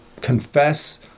confess